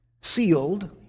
sealed